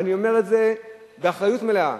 ואני אומר את זה באחריות מלאה,